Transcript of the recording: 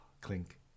clink